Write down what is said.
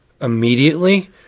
immediately